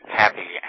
happy